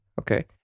okay